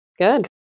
Good